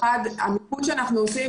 שבמיפוי שאנחנו עושים,